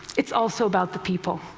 it's also about the people.